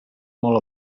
molt